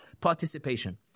participation